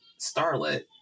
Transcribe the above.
starlet